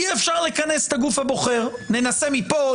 אי אפשר לכנס את הגוף הבוחר ננסה מפה,